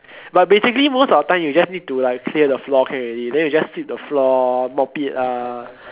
but basically most of the time you just need to like clear the floor can already then you just sweep the floor mop it lah